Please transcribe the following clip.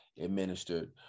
administered